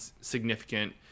significant